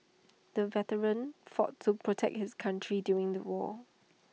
the veteran fought to protect his country during the war